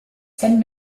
ten